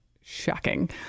shocking